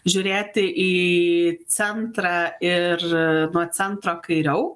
žiūrėti į centrą ir nuo centro kairiau